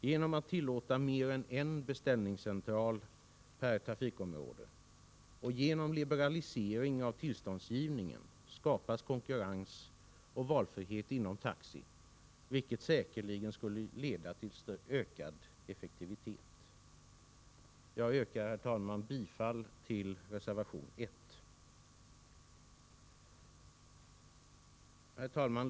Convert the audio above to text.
Genom att tillåta mer än en beställningscentral per trafikområde och genom liberalisering av tillståndsgivningen skapas konkurrens och valfrihet inom taxi, vilket säkerligen skulle leda till ökad effektivitet. Jag yrkar, herr talman, bifall till reservation 1. Herr talman!